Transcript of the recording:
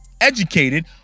educated